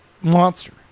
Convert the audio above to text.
monster